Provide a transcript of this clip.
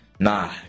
Nah